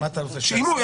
מה אתה רוצה שהוא יעשה?